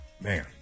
Man